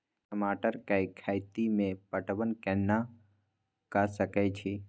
टमाटर कै खैती में पटवन कैना क सके छी?